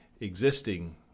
existing